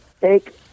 take